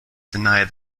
denied